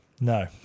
No